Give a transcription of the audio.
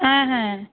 হ্যাঁ হ্যাঁ